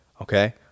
Okay